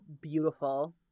beautiful